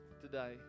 today